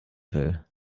will